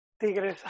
Tigres